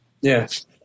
Yes